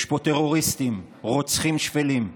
יש פה טרוריסטים, רוצחים שפלים,